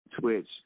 twitch